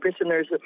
prisoners